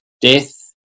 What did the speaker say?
death